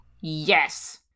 Yes